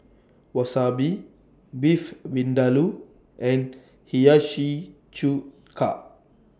Wasabi Beef Vindaloo and Hiyashi Chuka